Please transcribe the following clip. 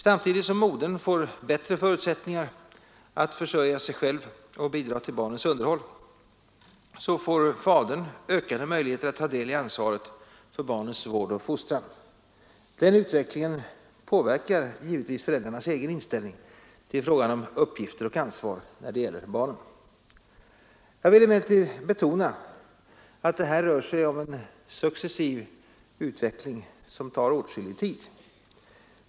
Samtidigt som modern får bättre förutsättningar att försörja sig själv och bidra till barnens underhåll får fadern ökade möjligheter att ta del i ansvaret för barnens vård och fostran. Denna utveckling påverkar givetvis föräldrarnas egen inställning till frågan om uppgifter och ansvar när det gäller barnen. Jag vill emellertid betona att det här rör sig om en successiv utveckling, som tar åtskillig tid.